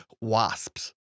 wasps